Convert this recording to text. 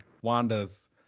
Wanda's